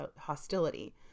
hostility